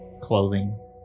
clothing